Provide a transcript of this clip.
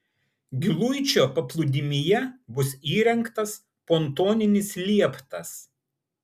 giluičio paplūdimyje bus įrengtas pontoninis lieptas